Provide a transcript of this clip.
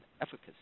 efficacy